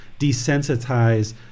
desensitize